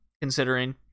considering